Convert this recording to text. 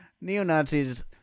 Neo-Nazis